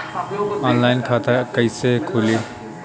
Online खाता कइसे खुली?